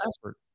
effort